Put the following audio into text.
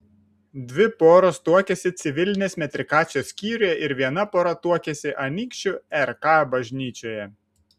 dvi poros tuokėsi civilinės metrikacijos skyriuje ir viena pora tuokėsi anykščių rk bažnyčioje